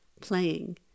playing